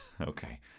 Okay